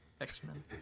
X-Men